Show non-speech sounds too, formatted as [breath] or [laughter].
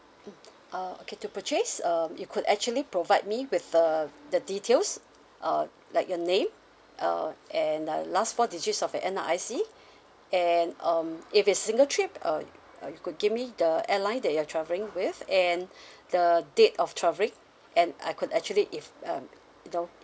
mm uh okay to purchase um you could actually provide me with the the details uh like your name uh and the last four digits of your N_R_I_C and um if it's single trip uh you uh you could give me the airline that you are traveling with and [breath] the date of travelling and I could actually eff~ um you know